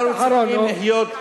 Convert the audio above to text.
משפט אחרון.